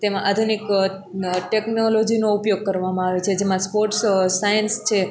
તેમાં આધુનિક ટેક્નોલોજીનો ઉપયોગ કરવામાં આવે છે જેમાં સ્પોર્ટ્સ સાયન્સ છે